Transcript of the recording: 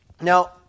Now